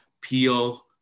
peel